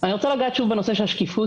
אני רוצה לגעת שוב בנושא של השקיפות,